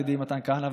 ידידי מתן כהנא,